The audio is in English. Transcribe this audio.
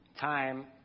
time